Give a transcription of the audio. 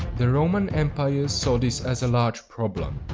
the roman empire saw this as a large problem.